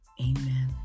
Amen